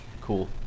Cool